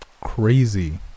crazy